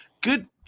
good